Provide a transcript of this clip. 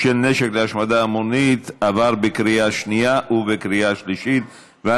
של נשק להשמדה המונית, התשע"ח 2018, נתקבל.